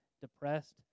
depressed